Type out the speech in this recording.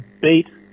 beat